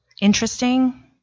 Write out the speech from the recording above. interesting